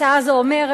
ההצעה הזאת אומרת,